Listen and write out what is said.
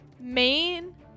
main